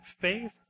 faith